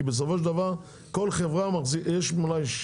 כי בסופו של דבר לכל חברה יש מלאי,